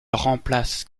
remplace